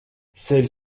celle